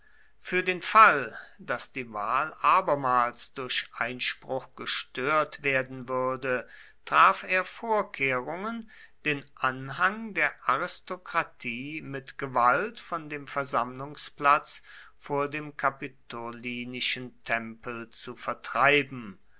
für den fall daß die wahl abermals durch einspruch gestört werden würde traf er vorkehrungen den anhang der aristokratie mit gewalt von dem versammlungsplatz vor dem kapitolinischen tempel zu vertreiben